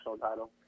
title